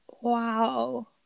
wow